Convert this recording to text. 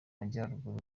majyaruguru